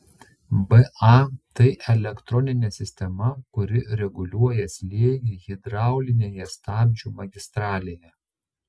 ba tai elektroninė sistema kuri reguliuoja slėgį hidraulinėje stabdžių magistralėje